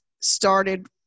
started